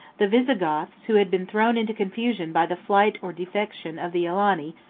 the visigoths, who had been thrown into confusion by the flight or defection of the alani,